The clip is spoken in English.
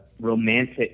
romantic